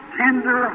tender